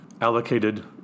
Allocated